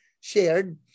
shared